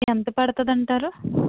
ఎంత పడుతుంది అంటారు